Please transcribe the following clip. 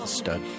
stud